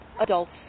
adults